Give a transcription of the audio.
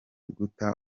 guta